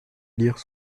lire